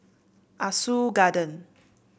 Ah Soo Garden